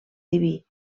diví